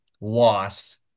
loss